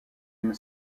une